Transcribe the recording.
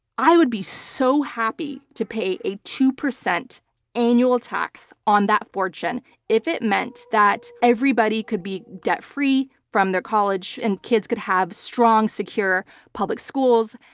i would be so happy to pay a two percent annual tax on that fortune if it meant that everybody could be debt free from their college and kids could have strong, secure public schools,